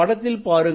படத்தில் பாருங்கள்